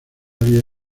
había